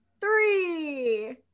three